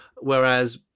whereas